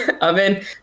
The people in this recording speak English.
oven